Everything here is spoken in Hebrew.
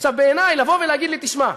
בעיני, לומר לי: תשמע,